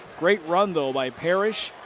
great run though by parrish.